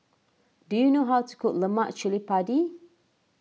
do you know how to cook Lemak Cili Padi